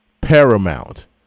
paramount